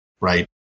right